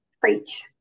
preach